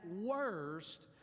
worst